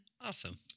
Awesome